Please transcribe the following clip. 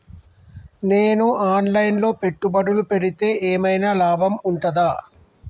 నేను online లో పెట్టుబడులు పెడితే ఏమైనా లాభం ఉంటదా?